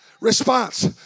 Response